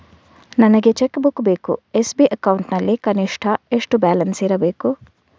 ನನಗೆ cheque book ಬೇಕು SB account ನಲ್ಲಿ ಕನಿಷ್ಠ ಎಷ್ಟು ಬ್ಯಾಲೆನ್ಸ್ ಇರಬೇಕು?